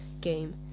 game